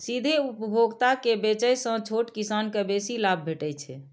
सीधे उपभोक्ता के बेचय सं छोट किसान कें बेसी लाभ भेटै छै